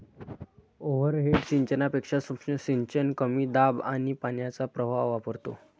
overhead सिंचनापेक्षा सूक्ष्म सिंचन कमी दाब आणि पाण्याचा प्रवाह वापरतो